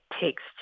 takes